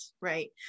Right